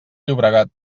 llobregat